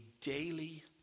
daily